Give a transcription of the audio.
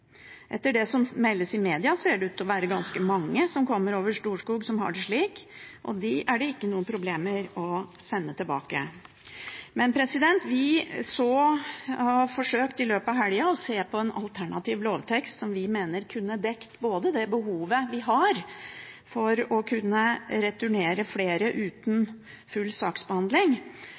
Etter det som meldes i media, ser det ut til å være ganske mange som kommer over Storskog, som har det slik. Dem er det ikke noe problem å sende tilbake. Vi har forsøkt i løpet av helga å se på en alternativ lovtekst som vi mener kunne dekt både det behovet vi har for å kunne returnere flere